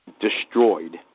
destroyed